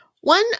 One